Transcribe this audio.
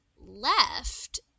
left